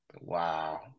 Wow